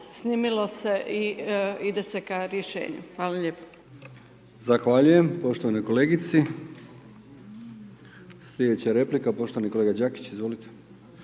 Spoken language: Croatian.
snimilo se i ide se ka rješenju. Hvala lijepo. **Brkić, Milijan (HDZ)** Zahvaljujem, poštovanoj kolegici. Slijedeća replika poštovani kolega Đakić, izvolite.